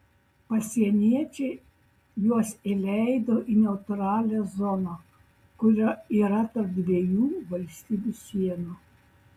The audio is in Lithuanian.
pasieniečiai juos įleido į neutralią zoną kuri yra tarp dviejų valstybių sienų